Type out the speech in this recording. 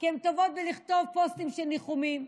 כי הן טובות בכתיבת פוסטים של ניחומים,